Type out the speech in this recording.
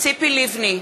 ציפי לבני,